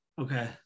Okay